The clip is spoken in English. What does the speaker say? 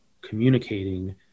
communicating